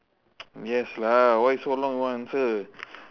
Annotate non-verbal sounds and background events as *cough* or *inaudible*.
*noise* yes lah why you so long no answer